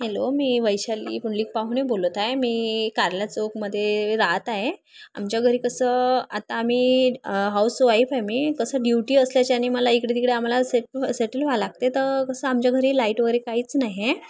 hello मी वैशाली पुंडलिक पाहुणे बोलत आहे मी कारला चौकामध्ये राहत आहे आमच्या घरी कसं आता आम्ही हाऊसवाईफ आहे मी कसं ड्युटी असल्याच्याने मला इकडे तिकडे आम्हाला सेट सेटल व्हा लागते तर कसं आमच्या घरी लाईट वगैरे काहीच नाही आहे